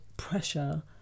pressure